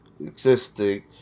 existing